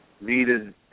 needed